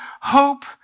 hope